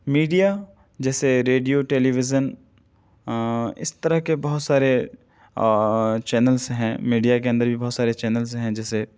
media جیسے radio television اس طرح کے بہت سارے چینلس ہیں میڈیا کے اندر بھی بہت سارے چینلز ہیں جیسے